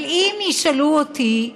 אבל אם ישאלו אותי: